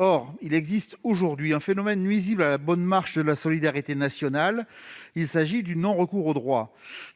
Or il existe aujourd'hui un phénomène qui nuit à la bonne marche de la solidarité nationale : le non-recours aux droits.